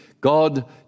God